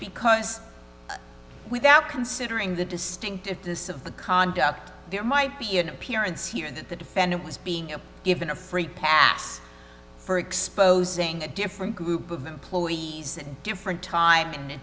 because without considering the distinct at this of the conduct there might be an appearance here that the defendant was being given a free pass for exposing a different group of employees different